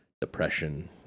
depression